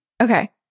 Okay